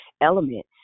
element